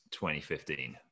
2015